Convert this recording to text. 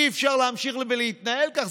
אי-אפשר להמשיך ולהתנהל ככה,